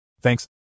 Thanks